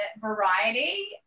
variety